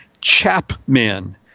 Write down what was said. Chapman